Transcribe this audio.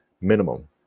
Minimum